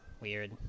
weird